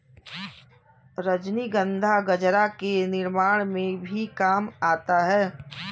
रजनीगंधा गजरा के निर्माण में भी काम आता है